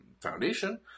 foundation